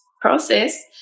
process